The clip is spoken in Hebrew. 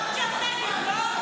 אמרת שאת נגד, לא?